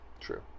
True